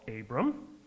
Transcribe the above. Abram